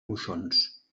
moixons